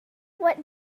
what